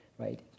Right